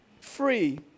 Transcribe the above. free